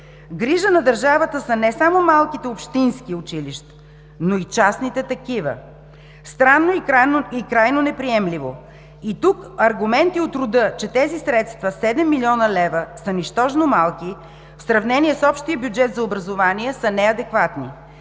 Грижа на държавата са не само малките общински училища, но и частните такива. Странно и крайно неприемливо. И тук аргументи от рода, че тези средства – 7 млн. лв., са нищожно малки в сравнение с общия бюджет за образование, са неадекватни.